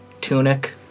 tunic